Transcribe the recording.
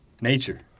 Nature